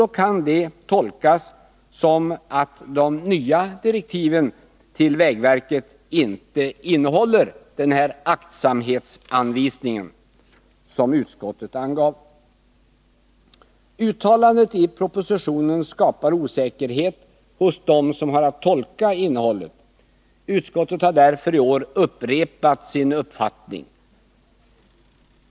Det kan då tolkas så att de nya direktiven till vägverket inte innehåller denna aktsamhetsanvisning som utskottet angav. Uttalandet i propositionen skapar osäkerhet hos dem som har att tolka innehållet. Utskottet har därför i år upprepat sin uppfattning.